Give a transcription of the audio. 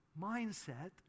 Mindset